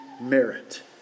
merit